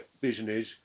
business